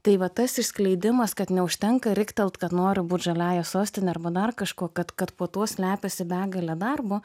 tai va tas išskleidimas kad neužtenka riktelt kad noriu būt žaliąja sostine arba dar kažko kad kad po tuo slepiasi begalė darbo